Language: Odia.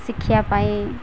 ଶିକ୍ଷା ପାଇଁ